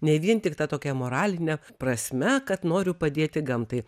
ne vien tik ta tokia moraline prasme kad noriu padėti gamtai